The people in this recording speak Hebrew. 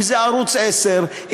אם ערוץ 10,